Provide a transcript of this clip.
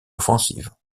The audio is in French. offensive